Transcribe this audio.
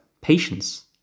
patience